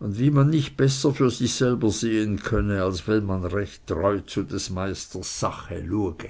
und wie man nicht besser für sich selber sehen könne als wenn man recht treu zu des meisters sache luege